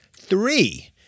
Three